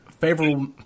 favorable